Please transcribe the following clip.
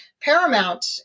Paramount